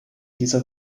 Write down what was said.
dieser